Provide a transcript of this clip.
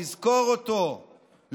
לזכור אותו,